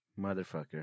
Motherfucker